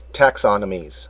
taxonomies